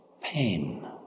pain